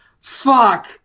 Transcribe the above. fuck